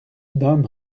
d’un